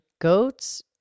goats